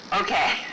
okay